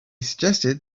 suggested